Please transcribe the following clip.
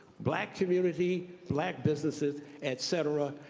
black community, black businesses, et cetera,